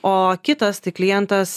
o kitas tai klientas